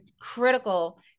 critical